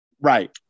Right